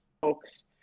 folks